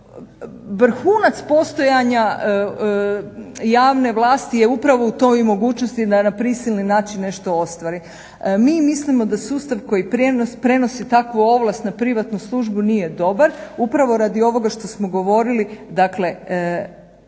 Vrhunac postojanja javne vlasti je upravo u toj mogućnosti da na prisilni način nešto ostvari. Mi mislimo da sustav koji prenosi takvu ovlast na privatnu službu nije dobar upravo radi ovoga što smo govorili dakle